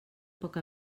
poc